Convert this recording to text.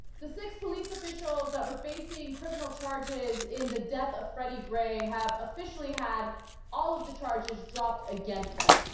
the six police officials that were facing criminal charges in the death of freddie gray have officially had all of the charges dropped against them.